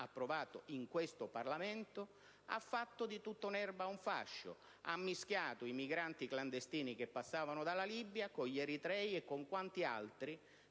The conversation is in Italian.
approvato in questo Parlamento hanno fatto di tutta un'erba un fascio, mischiando i migranti clandestini che passavano dalla Libia con gli eritrei e quanti altri